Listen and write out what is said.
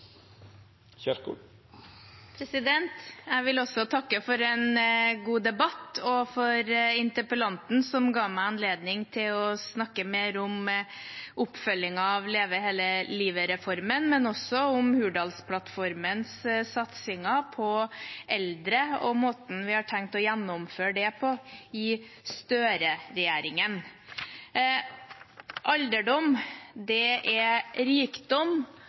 samfunn. Jeg vil også takke for en god debatt og takke interpellanten, som ga meg anledning til å snakke mer om oppfølgingen av Leve hele livet-reformen, men også om Hurdalsplattformens satsinger på eldre og måten vi har tenkt å gjennomføre det på i Støre-regjeringen. Alderdom er rikdom